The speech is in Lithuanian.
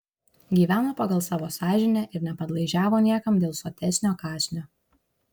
gyveno pagal savo sąžinę ir nepadlaižiavo niekam dėl sotesnio kąsnio